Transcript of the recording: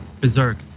berserk